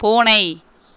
பூனை